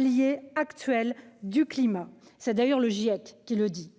l'évolution du climat (GIEC) qui le dit.